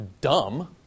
dumb